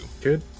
Good